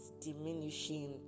diminishing